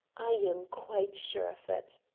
i am quite sure of it,